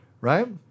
Right